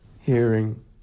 hearing